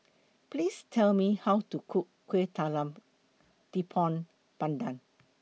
Please Tell Me How to Cook Kueh Talam Tepong Pandan